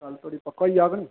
कल धोड़ी पक्का होई जाह्ग नी